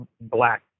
black